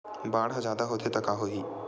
बाढ़ ह जादा होथे त का होही?